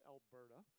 Alberta